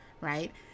Right